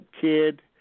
kid